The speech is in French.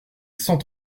cent